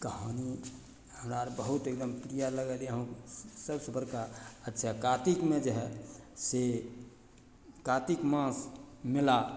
कहानी हमरा अर बहुत एकदम प्रिय लगल यऽ सबसँ बड़का अच्छा कातिकमे जे हइ से कातिक मास मेला